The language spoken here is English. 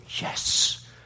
yes